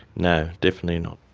no, definitely not.